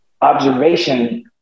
observation